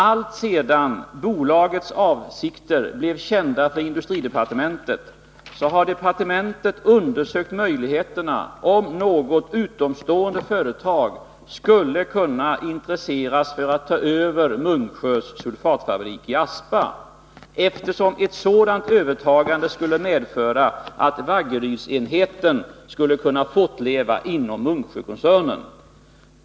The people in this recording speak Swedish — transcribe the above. Alltsedan bolagets avsikter blev kända för industridepartementet har departementet undersökt om det finns möjligheter att något utomstående företag skulle kunna intresseras för att ta över Munksjös sulfatfabrik i Aspa, eftersom ett sådant övertagande skulle medföra att Vaggerydsenheten skulle kunna fortleva inom Munksjökoncernen.